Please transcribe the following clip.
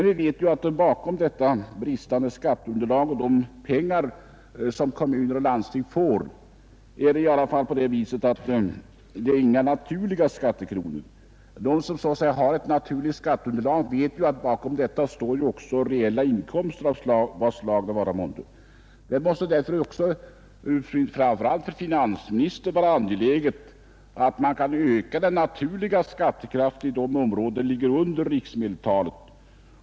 Vi vet att de pengar som kommuner och landsting får på grund av bristande skatteunderlag inte är några naturliga skattekronor. De som har ett naturligt skatteunderlag vet att bakom detta står reella inkomster av vad slag det vara må. Det måste därför särskilt för finansministern vara angeläget att man kan öka den naturliga skattekraften i de områden som ligger under riksmedeltalet.